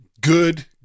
Good